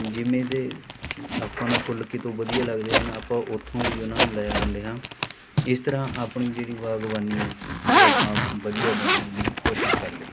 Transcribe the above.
ਜਿਵੇਂ ਦੇ ਆਪਾਂ ਨੂੰ ਫੁੱਲ ਕਿਤੋਂ ਵਧੀਆ ਲੱਗਦੇ ਹਨ ਆਪਾਂ ਉੱਥੋਂ ਵੀ ਉਹਨਾਂ ਨੂੰ ਲੈ ਆਉਂਦੇ ਹਾਂ ਇਸ ਤਰ੍ਹਾਂ ਆਪਣੀ ਜਿਹੜੀ ਬਾਗ਼ਬਾਨੀ ਹੈ ਉਹ ਆਪਾਂ ਵਧੀਆ ਬਣਾਉਣ ਦੀ ਕੋਸ਼ਿਸ਼ ਕਰਦੇ ਹਾਂ